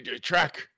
Track